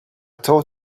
tow